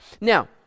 now